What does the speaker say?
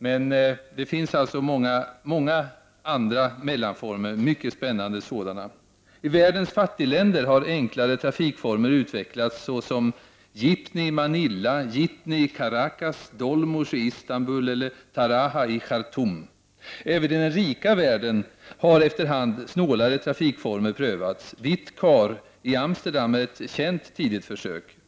Men det finns också många andra mycket spännande mellanformer. I världens fattigländer har enklare trafikformer utvecklats, såsom Jeepney i Manila, Jitney i Caracas, Dolmus i Istanbul eller Taraha i Khartoum. Även iden rika världen har efter hand snålare trafikformer prövats. Witkar i Amsterdam är ett känt tidigt försök.